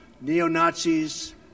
neo-Nazis